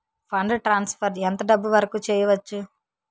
Fund transfer ఎంత డబ్బు వరుకు చేయవచ్చు?